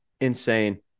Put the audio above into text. insane